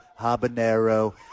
Habanero